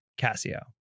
Casio